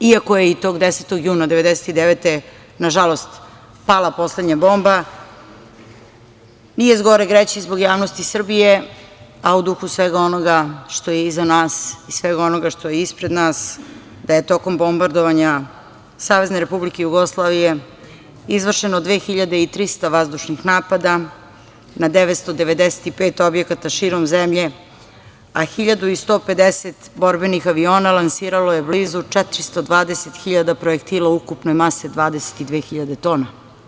Iako je i tog 10. juna 1999. godine, nažalost, pala poslednja bomba, nije zgoreg reći, zbog javnosti Srbije, a u duhu svega onoga što je iza nas i svega onoga što je ispred nas, da je tokom bombardovanja SRJ izvršeno 2.300 vazdušnih napada na 995 objekata širom zemlje, a 1.150 borbenih aviona lansiralo je blizu 420 hiljada projektila ukupne mase 22.000 tona.